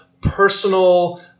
personal